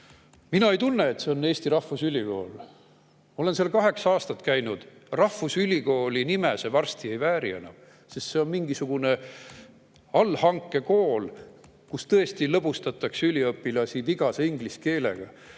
ei tunne, et see on Eesti rahvusülikool. Ma olen seal kaheksa aastat käinud. Rahvusülikooli nime see varsti ei vääri enam, sest see on mingisugune allhankekool, kus tõesti lõbustatakse üliõpilasi vigase inglise keelega,